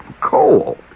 coal